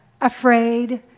afraid